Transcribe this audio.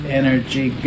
energy